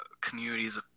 communities